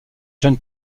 john